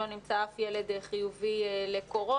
לא נמצא אף ילד חיובי לקורונה.